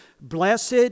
Blessed